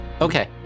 okay